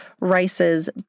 rices